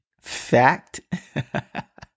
Fact